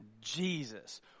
Jesus